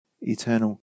eternal